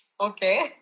Okay